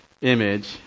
image